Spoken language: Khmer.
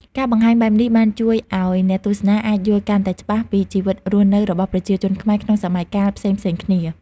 ការបង្ហាញបែបនេះបានជួយឲ្យអ្នកទស្សនាអាចយល់កាន់តែច្បាស់ពីជីវិតរស់នៅរបស់ប្រជាជនខ្មែរក្នុងសម័យកាលផ្សេងៗគ្នា។